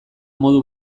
modu